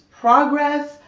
progress